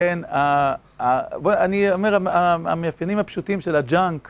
כן, אני אומר, המאפיינים הפשוטים של הג'אנק